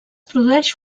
produeix